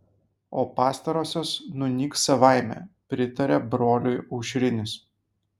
o pastarosios nunyks savaime pritarė broliui aušrinis